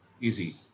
Easy